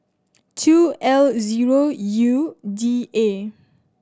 two L zero U D A